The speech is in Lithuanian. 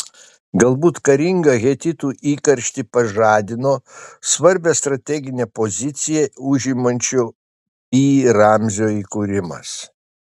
galbūt karingą hetitų įkarštį pažadino svarbią strateginę poziciją užimančio pi ramzio įkūrimas